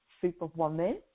Superwoman